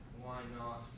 why not